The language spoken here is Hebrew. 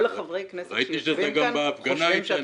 כל חברי הכנסת שיושבים כאן